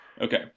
Okay